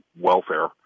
welfare